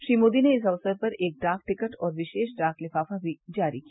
श्री मोदी ने इस अक्सर पर एक डाक टिकट और विशेष डाक लिफाफा भी जारी किया